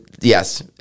Yes